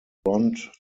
front